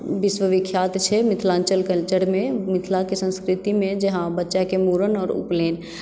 विश्वविख्यात छै मिथिलाञ्चल कल्चरमे मिथिलाके संस्कृतिमे जे हँ बच्चाके मूड़न आओर उपनयन